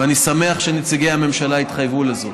ואני שמח שנציגי הממשלה התחייבו לזה.